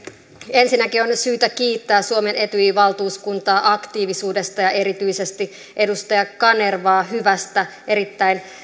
ensinnäkin on syytä kiittää suomen etyjin valtuuskuntaa aktiivisuudesta ja erityisesti edustaja kanervaa hyvästä erittäin